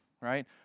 right